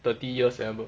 thirty years